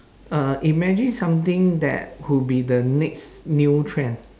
uh imagine something that could be the next new trend